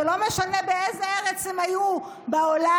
שלא משנה באיזו ארץ הם היו בעולם,